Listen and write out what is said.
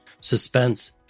suspense